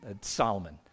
Solomon